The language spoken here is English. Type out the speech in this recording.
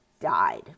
died